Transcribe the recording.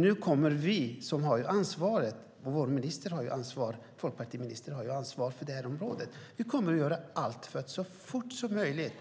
Nu kommer vi som har ansvaret - vår folkpartistiska minister har ansvar för detta område - att göra allt för att så fort som möjligt